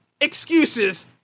excuses